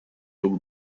друг